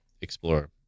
Explore